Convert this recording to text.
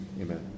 Amen